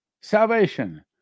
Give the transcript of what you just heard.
salvation